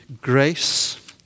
grace